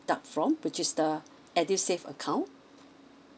deduct from which is the edusave account